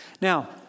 Now